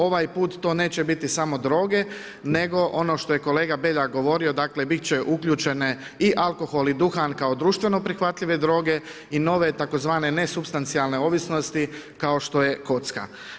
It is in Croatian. Ovaj put to neće biti samo droge, nego ono što je kolega Beljak govorio, dakle, biti će uključeni i alkohol i duhan kao društveno prihvatljive droge i nove tzv. nesupstancijalne ovisnosti kao što je kocka.